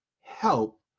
help